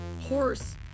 Horse